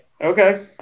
okay